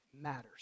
matters